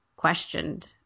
questioned